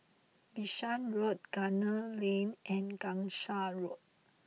Bishan Road Gunner Lane and Gangsa Road